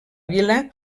vila